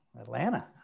atlanta